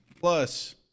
plus